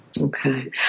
Okay